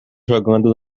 jogando